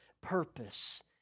purpose